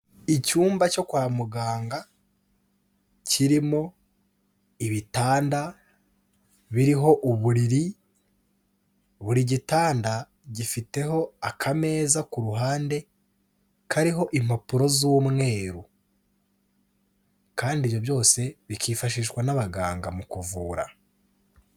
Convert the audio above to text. Icyumba cyo kwa muganga kirimo ibitanda biriho uburiri, buri gitanda gifiteho akameza ku ruhande kariho impapuro z'umweru. Kandi ibyo byose, bikifashishwa n'abaganga mu kuvura.